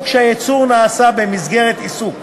או כשהייצור נעשה במסגרת עיסוק.